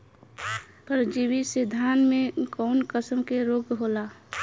परजीवी से धान में कऊन कसम के रोग होला?